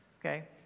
okay